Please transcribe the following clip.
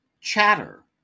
Chatter